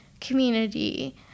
community